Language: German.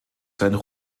seinen